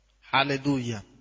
Hallelujah